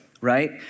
right